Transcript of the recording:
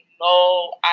no